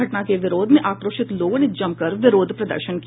घटना के विरोध में आक्रोशित लोगों ने जमकर विरोध प्रदर्शन किया